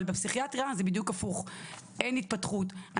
אבל בפסיכיאטריה זה בדיוק הפוך - אין התפתחות,